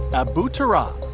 abu turaab,